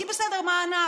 כי בסדר, מענק,